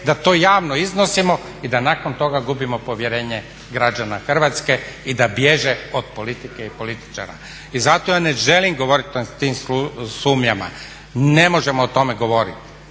da to javno iznosimo i da nakon toga gubimo povjerenje građana Hrvatske i da bježe od politike i političara. I zato ja ne želim govoriti o tim sumnjama. Ne možemo o tome govoriti.